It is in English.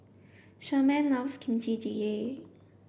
Sherman loves Kimchi Jjigae